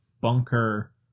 bunker